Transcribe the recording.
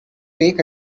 take